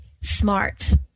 smart